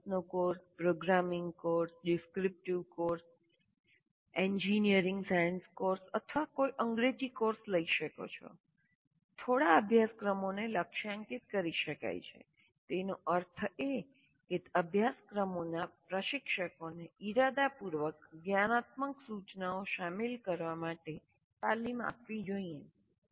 તમે ગણિતનો course programming course descriptive course engineering science course અથવા તો અંગ્રેજી કોર્સ લઈ શકો છો થોડા અભ્યાસક્રમોને લક્ષ્યાંકિત કરી શકાય છે તેનો અર્થ એ કે તે અભ્યાસક્રમોના પ્રશિક્ષકોને ઇરાદાપૂર્વક જ્ઞાનાત્મક સૂચનાઓ શામેલ કરવા માટે તાલીમ આપવી જોઈએ